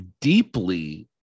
deeply